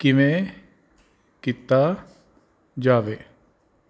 ਕਿਵੇਂ ਕੀਤਾ ਜਾਵੇ